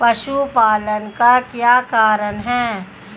पशुपालन का क्या कारण है?